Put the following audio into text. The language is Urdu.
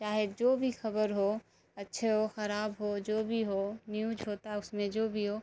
چاہے جو بھی خبر ہو اچھی ہو خراب ہو جو بھی ہو نیوج ہوتا ہے اس میں جو بھی ہو